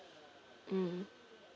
mm